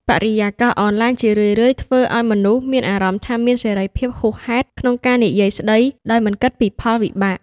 បរិយាកាសអនឡាញជារឿយៗធ្វើឲ្យមនុស្សមានអារម្មណ៍ថាមានសេរីភាពហួសហេតុក្នុងការនិយាយស្ដី ដោយមិនគិតពីផលវិបាក។